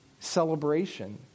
Celebration